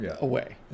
away